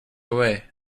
away